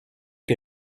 que